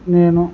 నేను